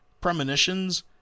Premonitions